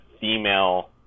female